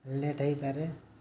late ହେଇପାରେ